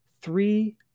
three